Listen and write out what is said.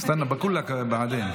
בעבודה (תיקון,